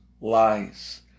lies